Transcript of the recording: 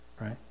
right